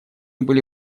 были